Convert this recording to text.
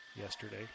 yesterday